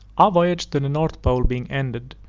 our voyage to the north pole being ended,